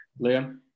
Liam